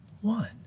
One